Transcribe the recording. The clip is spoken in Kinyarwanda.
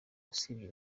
usibye